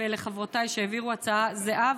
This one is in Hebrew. ולחברותיי שהעבירו הצעה זהה,